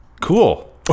Cool